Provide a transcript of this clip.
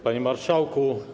Panie Marszałku!